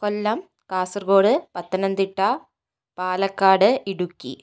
Kollam Kasaragod Pathanamthitta Palakkad Idukki